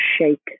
shake